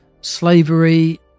slavery